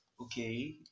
Okay